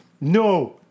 No